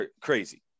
crazy